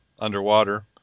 underwater